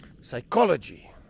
Psychology